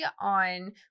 on